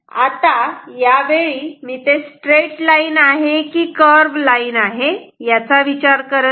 आता यावेळी मी ते स्ट्रेट लाईन आहे की कर्व लाईन आहे याचा विचार करत नाही